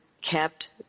kept